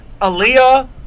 Aaliyah